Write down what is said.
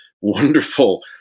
wonderful